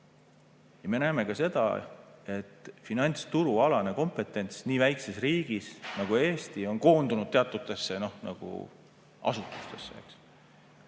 Me näeme ka seda, et finantsturualane kompetents nii väikeses riigis nagu Eesti on koondunud teatud asutustesse. Eesti